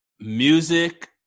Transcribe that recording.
music